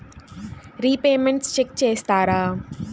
Repayments check చేస్తారా?